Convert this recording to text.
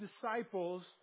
disciples